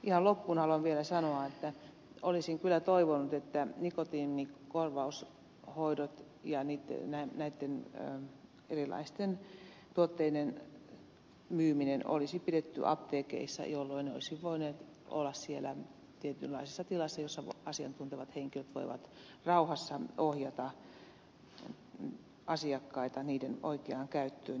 ihan loppuun haluan vielä sanoa että olisin kyllä toivonut että nikotiinikorvaushoidot ja näitten erilaisten tuotteiden myyminen olisi pidetty apteekeissa jolloin ne olisivat voineet olla siellä tietynlaisessa tilassa jossa asiantuntevat henkilöt voivat rauhassa ohjata asiakkaita niiden oikeaan käyttöön